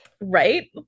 Right